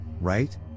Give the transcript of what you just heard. right